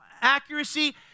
accuracy